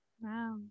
Wow